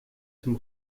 zum